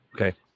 Okay